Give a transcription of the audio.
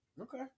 Okay